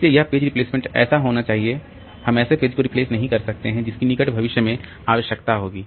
इसलिए यह page replacement ऐसा होना चाहिए हम ऐसे पेज को रिप्लेस नहीं कर रहे हैं जिसकी निकट भविष्य में आवश्यकता होगी